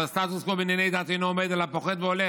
אבל הסטטוס קוו בענייני דת אינו עומד אלא פוחת והולך.